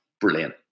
brilliant